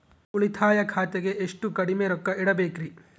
ಉಳಿತಾಯ ಖಾತೆಗೆ ಎಷ್ಟು ಕಡಿಮೆ ರೊಕ್ಕ ಇಡಬೇಕರಿ?